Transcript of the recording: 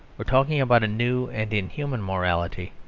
are talking about a new and inhuman morality,